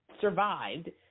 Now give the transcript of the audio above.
survived